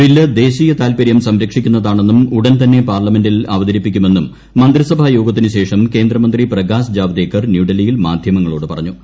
bill ദേശീയ താൽപ്പര്യം സംരക്ഷിക്കുന്നതാണെന്നും ഉടൻ തന്നെ പാർലമെന്റിൽ അവതരിപ്പിക്കുമെന്നും മന്ത്രിസഭായോഗത്തിനു ശേഷം കേന്ദ്രമന്ത്രി പ്രകാശ് ജാവ്ദേക്കർ ന്യൂഡൽഹിയിൽ മാധ്യമങ്ങളോട് പറഞ്ഞു